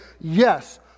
Yes